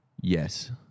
Yes